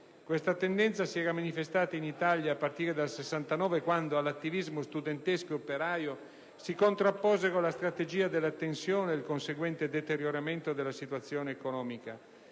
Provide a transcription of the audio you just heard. Questa tendenza si era manifestata in Italia a partire dal 1969, quando all'attivismo studentesco e operaio si contrapposero la strategia della tensione e il conseguente deterioramento della situazione economica.